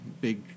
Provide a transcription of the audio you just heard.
big